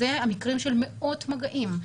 זה היה מקרה של מאות מגעים.